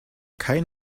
kein